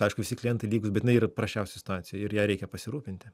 aišku visi klientai lygūs bet jinai yra prasčiausioj situacijoj ir ja reikia pasirūpinti